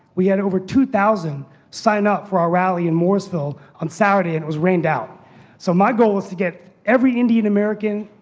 we had over two thousand sign up for our rally in morrisville on saturday and it was rained so my goal is to get every indian american,